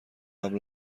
قبل